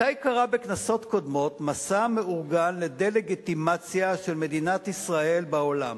מתי קרה בכנסות קודמות מסע מאורגן לדה-לגיטימציה של מדינת ישראל בעולם?